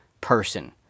person